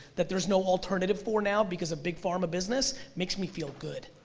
that there's no alternative for now because of big pharma business, makes me feel good.